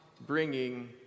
bringing